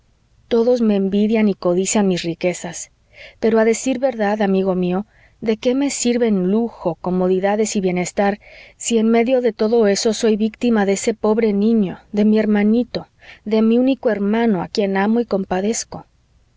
todos me envidian y codician mis riquezas pero a decir verdad amigo mío de qué me sirven lujo comodidades y bienestar si en medio de todo eso soy víctima de ese pobre niño de mi hermanito de mi único hermano a quien amo y compadezco